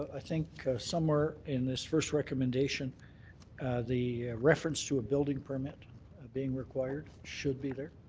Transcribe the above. i think somewhere in this first recommendation the reference to a building permit being required should be there.